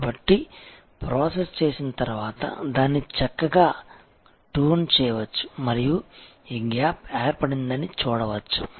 కాబట్టి ప్రాసెస్ చేసిన తర్వాత దాన్ని చక్కగా ట్యూన్ చేయవచ్చు మరియు ఈ గ్యాప్ ఏర్పడిందని చూడవచ్చు